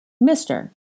Mister